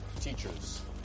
teachers